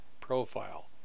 profile